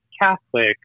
Catholic